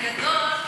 בגדול,